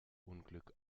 unglück